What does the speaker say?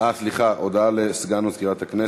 של הורדת מגבלות